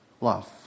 love